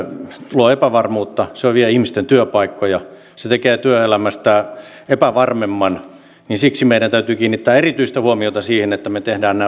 luo epävarmuutta se vie ihmisten työpaikkoja se tekee työelämästä epävarmemman että meidän täytyy kiinnittää erityistä huomiota siihen että me teemme nämä